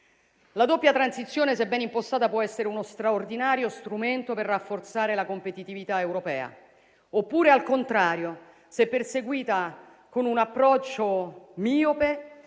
La doppia transizione, se bene impostata, può essere uno straordinario strumento per rafforzare la competitività europea; oppure, al contrario, se perseguita con un approccio miope,